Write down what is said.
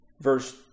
verse